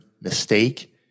mistake